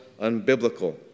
unbiblical